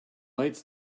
lights